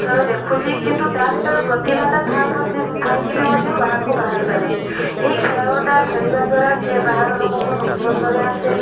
ଖେଳ ଦେଖୁଛି କିନ୍ତୁ ତା' ଭିତରେ ପ୍ରତିଭାଟା ଥାଇ ମଧ୍ୟ ଥାଇକି ବି ମଧ୍ୟ ବାହାରକୁ ବାହାରି ପାରେନି ଏଇ ଖେଳଟା ଖେଳିବା ଦ୍ଵାରା ସେ ବାହାର ଲୋକଙ୍କ ସଂସ୍ପର୍ଶରେ ଆସେ